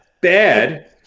bad